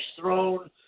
throne